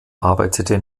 arbeitete